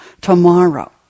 tomorrow